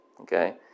Okay